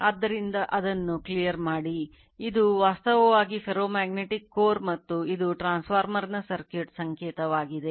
ಆದ್ದರಿಂದ ಅದನ್ನು ಕ್ಲಿಯರ್ ಮಾಡಿ ಇದು ವಾಸ್ತವವಾಗಿ ಫೆರೋಮ್ಯಾಗ್ನೆಟಿಕ್ ಕೋರ್ ಮತ್ತು ಇದು ಟ್ರಾನ್ಸ್ಫಾರ್ಮರ್ನ ಸರ್ಕ್ಯೂಟ್ ಸಂಕೇತವಾಗಿದೆ